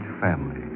family